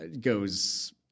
goes